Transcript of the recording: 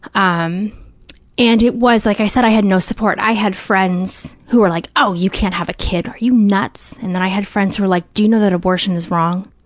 um and it was, like i said, i had no support. i had friends who were like, oh, you can't have a kid, are you nuts? and then i had friends who were like, do you know that abortion is wrong?